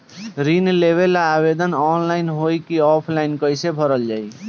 ऋण लेवेला आवेदन ऑनलाइन होई की ऑफलाइन कइसे भरल जाई?